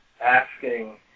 asking